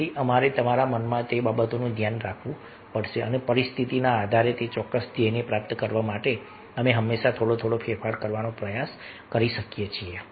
તેથી અમારે તમારા મનમાં તે બાબતોનું ધ્યાન રાખવું પડશે અને પરિસ્થિતિના આધારે તે ચોક્કસ ધ્યેયને પ્રાપ્ત કરવા માટે અમે હંમેશા થોડો થોડો ફેરફાર કરવાનો પ્રયાસ કરી શકીએ છીએ